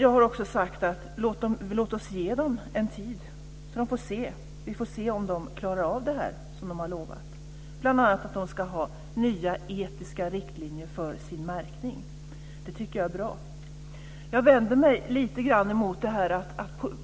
Jag har också sagt: Låt oss ge den en tid så att vi får se om den klarar av det som den har lovat, bl.a. nya etiska riktlinjer för sin märkning. Det tycker jag är bra. Jag vänder mig lite grann mot att